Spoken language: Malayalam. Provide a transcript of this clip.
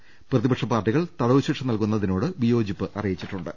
എന്നാൽ പ്രതിപക്ഷ പാർട്ടികൾ തടവ് ശിക്ഷ നൽകുന്ന തിനോട് വിയോജിപ്പ് അറിയിച്ചിട്ടുണ്ട്